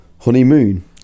Honeymoon